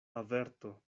averto